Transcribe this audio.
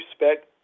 respect